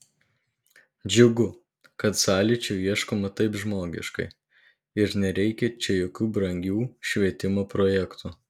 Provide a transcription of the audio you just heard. džiugu kad sąlyčio ieškoma taip žmogiškai ir nereikia čia jokių brangių švietimo projektų